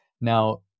Now